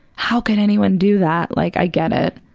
how could anyone do that? like, i get it.